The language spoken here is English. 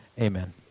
Amen